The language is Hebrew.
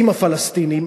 עם הפלסטינים,